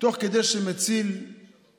תוך כדי שהוא מציל נפשות.